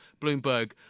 Bloomberg